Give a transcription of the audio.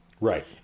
Right